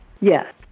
Yes